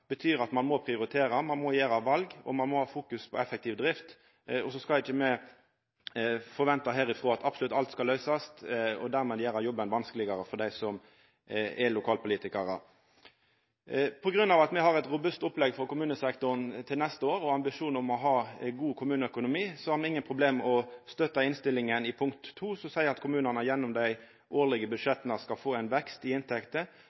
betyr at ein må prioritera, ein må gjera val, og ein må ha fokus på effektiv drift. Så skal ikkje me forventa herifrå at absolutt alt skal løysast, og dermed gjera jobben vanskelegare for dei som er lokalpolitikarar. På grunn av at me har eit robust opplegg for kommunesektoren til neste år og ambisjonar om å ha ein god kommuneøkonomi, har me ingen problem med å støtta punkt to i innstillinga, som seier at kommunane gjennom dei årlege budsjetta skal få ein vekst i inntekter,